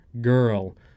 Girl